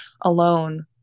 alone